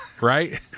right